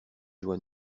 joie